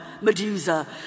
Medusa